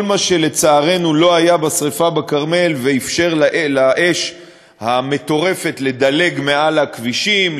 כל מה שלצערנו לא היה בשרפה בכרמל ואפשר לאש המטורפת לדלג מעל הכבישים,